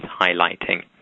highlighting